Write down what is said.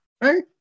right